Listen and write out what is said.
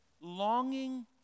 longing